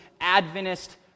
Adventist